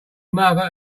mother